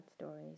stories